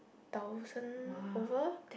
thousand over